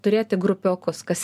turėti grupiokus kas